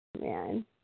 Man